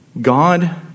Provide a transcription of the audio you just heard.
God